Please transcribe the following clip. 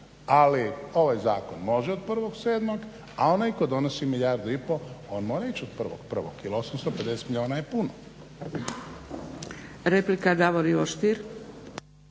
Ali ovaj zakon može od 1.7., a onaj tko donosi milijardu i pol on mora ići od 1.1., jel 850 milijuna je puno.